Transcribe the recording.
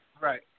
Right